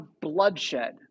bloodshed